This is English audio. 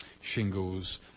shingles